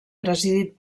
presidit